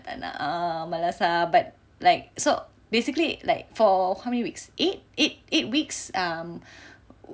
tak nak ah malas ah but like so basically like for how many weeks eight eight eight weeks um